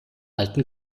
alten